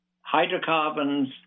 hydrocarbons